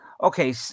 Okay